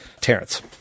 terrence